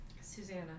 Susanna